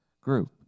group